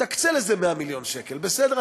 תקצה לזה 100 מיליון שקל, בסדר?